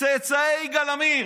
צאצאי יגאל עמיר.